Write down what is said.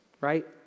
right